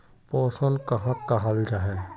पोषण कहाक कहाल जाहा जाहा?